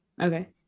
Okay